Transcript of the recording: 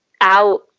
out